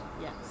yes